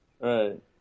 Right